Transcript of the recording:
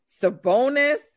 Sabonis